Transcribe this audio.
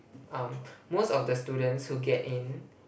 um most of the students who get in